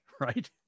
right